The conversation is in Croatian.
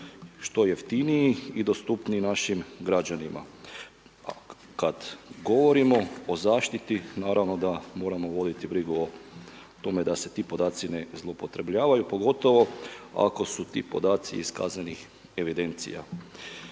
što jeftiniji i dostupniji našim građanima. Kad govorimo o zaštiti naravno da moramo voditi brigu o tome da se ti podaci ne zloupotrebljavaju pogotovo ako su ti podaci iz kaznenih evidencija.